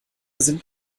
sind